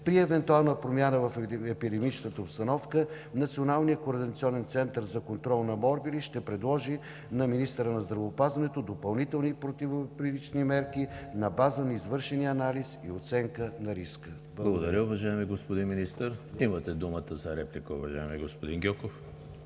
При евентуална промяна в епидемичната обстановка Националният координационен съвет за контрол на морбили ще предложи на министъра на здравеопазването допълнителни противоепидемични мерки на база на извършен анализ и оценка на риска. Благодаря. ПРЕДСЕДАТЕЛ ЕМИЛ ХРИСТОВ: Благодаря, уважаеми господин Министър. Имате думата за реплика, уважаеми господин Гьоков.